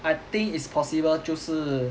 I think is possible 就是